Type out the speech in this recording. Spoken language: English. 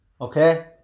okay